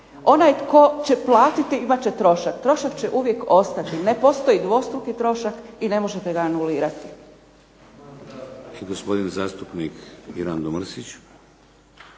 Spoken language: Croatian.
Onaj tko će platiti imat će trošak. Trošak će uvijek ostati. Ne postoji dvostruki trošak i ne možete ga anulirati.